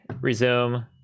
Resume